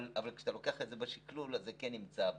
אבל כשאתה לוקח את זה בשכלול זה כן נמצא בסוף,